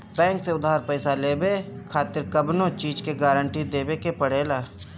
bank से उधार पईसा लेवे खातिर कवनो चीज के गारंटी देवे के पड़ेला